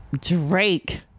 Drake